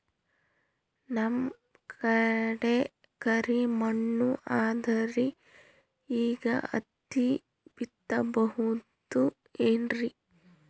ನಮ್ ಕಡೆ ಕರಿ ಮಣ್ಣು ಅದರಿ, ಈಗ ಹತ್ತಿ ಬಿತ್ತಬಹುದು ಏನ್ರೀ?